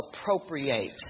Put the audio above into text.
appropriate